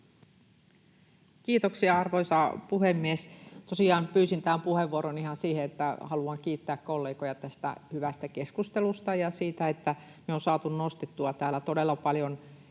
Kiitoksia, arvoisa puhemies! Tosiaan pyysin tämän puheenvuoron ihan siihen, että haluan kiittää kollegoja tästä hyvästä keskustelusta ja siitä, että on saatu nostettua täällä todella paljon